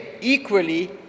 equally